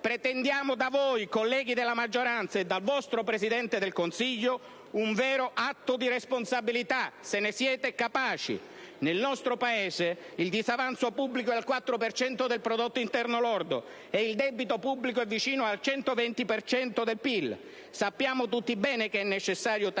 Pretendiamo da voi, colleghi della maggioranza, e dal vostro Presidente del Consiglio un vero atto di responsabilità, se ne siete capaci. Nel nostro Paese il disavanzo pubblico è al 4 per cento del prodotto interno lordo e il debito pubblico è vicino al 120 per cento del PIL. Sappiamo bene tutti che è necessario tagliare